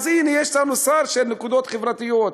אז הנה, יש לנו שר של נקודות חברתיות.